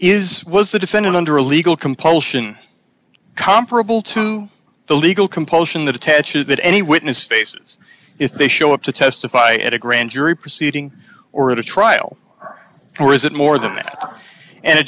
is was the defendant under a legal compulsion comparable to the legal compulsion that attaches that any witness faces if they show up to testify at a grand jury proceeding or at a trial or is it more than that and a